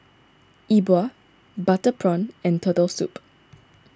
E Bua Butter Prawn and Turtle Soup